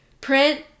print